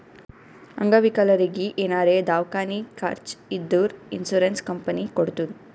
ಅಂಗವಿಕಲರಿಗಿ ಏನಾರೇ ದವ್ಕಾನಿ ಖರ್ಚ್ ಇದ್ದೂರ್ ಇನ್ಸೂರೆನ್ಸ್ ಕಂಪನಿ ಕೊಡ್ತುದ್